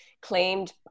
claimed